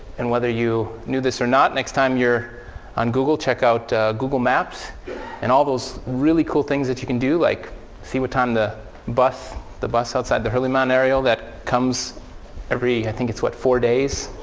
and whether you knew this or not, next time you're on google, check out google maps and all those really cool things that you can do like see what time the bus the bus outside the hurlimann-areal that comes every i think it's, what, four days?